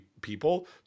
people